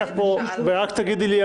ורק תגידי לי,